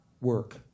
work